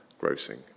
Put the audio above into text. grossing